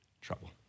trouble